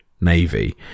Navy